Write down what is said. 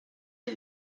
que